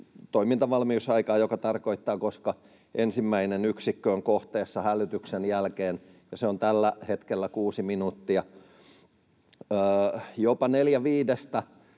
toimintavalmiusaikaa, joka tarkoittaa sitä, koska ensimmäinen yksikkö on kohteessa hälytyksen jälkeen, ja se on tällä hetkellä kuusi minuuttia. Jopa neljällä viidestä